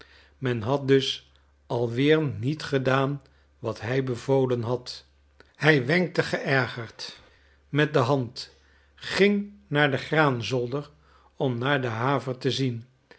men had dus al weer niet gedaan wat hij bevolen had hij wenkte geërgerd met de hand ging naar den graanzolder om naar de haver te zien